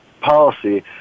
policy